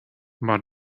but